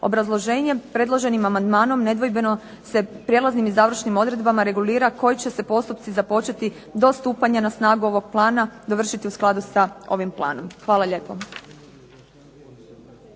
Obrazloženje, predloženim amandmanom nedvojbeno se prijelaznim i završnim odredbama regulira koji će se postupci započeti do stupanja na snagu ovog plana dovršiti u skladu sa ovim planom. Hvala lijepo.